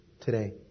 today